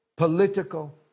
political